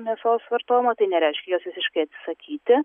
mėsos vartojimo tai nereiškia visiškai atsisakyti